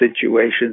situations